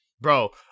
Bro